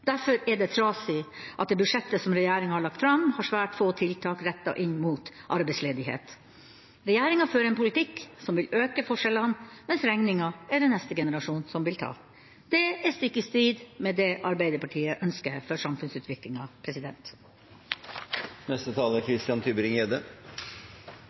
Derfor er det trasig at det budsjettet som regjeringa har lagt fram, har svært få tiltak rettet inn mot arbeidsledighet. Regjeringa fører en politikk som vil øke forskjellene, mens regninga er det neste generasjon som vil ta. Det er stikk i strid med det Arbeiderpartiet ønsker for samfunnsutviklinga.